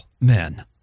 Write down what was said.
men